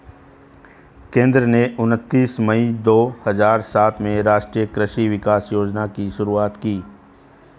केंद्र ने उनतीस मई दो हजार सात में राष्ट्रीय कृषि विकास योजना की शुरूआत की